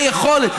איך היכולת.